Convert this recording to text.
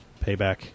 payback